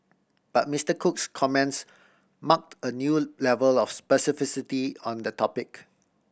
but Mister Cook's comments marked a new level of specificity on the topic